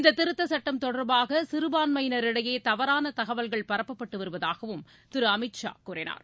இந்த திருத்த சட்டம் தொடர்பாக சிறுபான்மையினர் இடையே தவறான தகவல்கள் பரப்பப்பட்டு வருவதாகவும் திரு அமித் ஷா கூறினார்